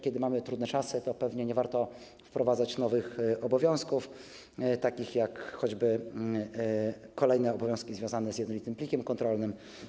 Kiedy mamy trudne czasy, to pewnie nie warto wprowadzać nowych obowiązków, takich jak choćby kolejne obowiązki związane z jednolitym plikiem kontrolnym.